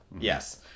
yes